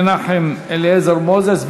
מנחם אליעזר מוזס,